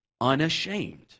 unashamed